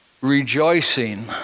Rejoicing